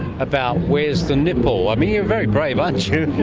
about where is the nipple. i mean, you're very brave, aren't you?